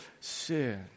sin